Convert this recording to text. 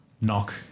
knock